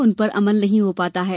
उनपर अमल नहीं हो पाता है